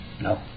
No